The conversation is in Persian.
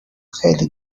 خیلی